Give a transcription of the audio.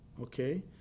okay